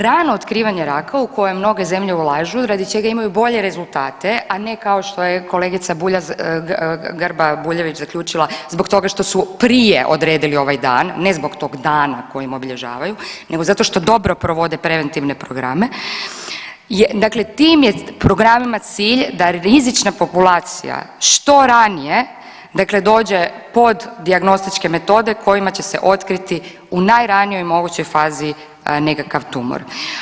Rano otkrivanje raka u koje mnoge zemlje ulažu radi čega imaju bolje rezultate, a ne kao što je kolegica Bulja, Grba Buljević zaključila zbog toga što prije odredili ovaj dan, ne zbog tog dana kojim obilježavaju, nego zato što dobro provode preventivne programe je, dakle tim je programima cilj da rizična populacija što ranije dakle dođe pod dijagnostičke metode kojima će se otkriti u najranijoj mogućoj fazi nekakav tumor.